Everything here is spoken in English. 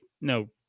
no